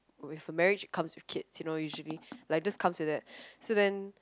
with a marriage comes with kids you know usually like just comes with that so then